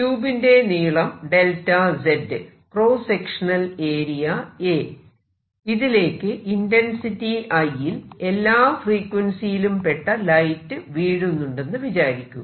ട്യൂബിന്റെ നീളം 𝚫z cross sectional area a ഇതിലേക്ക് intensity I യിൽ എല്ലാ ഫ്രീക്വൻസിയിലും പെട്ട ലൈറ്റ് വീഴുന്നുണ്ടെന്ന് വിചാരിക്കുക